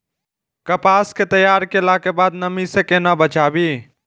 कपास के तैयार कैला कै बाद नमी से केना बचाबी?